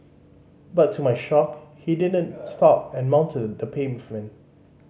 but to my shock he didn't stop and mounted the pavement